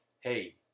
hey